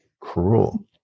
cruel